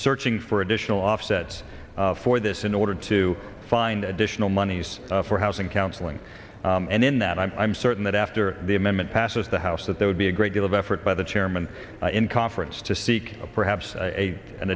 searching for additional offsets for this in order to find additional monies for housing counseling and in that i'm certain that after the amendment passes the house that they would the a great deal of effort by the chairman in conference to seek perhaps a an